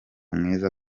mwiza